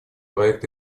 проект